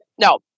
No